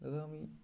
দাদা আমি